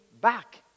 back